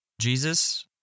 Jesus